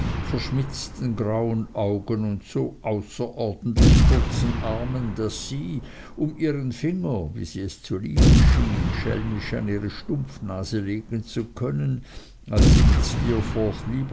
verschmitzten grauen augen und so außerordentlich kurzen armen daß sie um ihren finger wie sie es zu lieben schien schelmisch an ihre stumpfnase legen zu können als sie mit